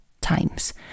times